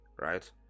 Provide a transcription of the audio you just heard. right